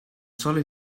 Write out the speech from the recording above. solo